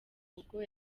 ubwo